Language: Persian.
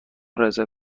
رزرو